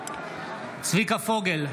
בעד צביקה פוגל,